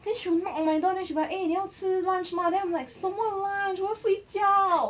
then she will knock of my door then she like eh 你要吃 lunch mah then I'm like 什么啦要睡觉